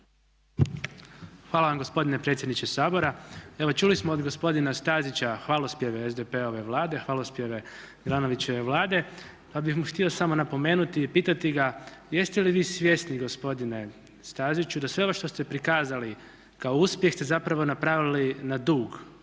Hvala gospodine predsjedniče Sabora. Evo čuli smo od gospodina Stazića hvalospjeve SDP-ove vlade, hvalospjeve Milanovićeve vlade pa bih mu htio samo napomenuti i pitati ga jeste li vi svjesni gospodine Staziću da sve ovo što ste prikazali kao uspjeh ste zapravo napravili na dug,